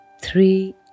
three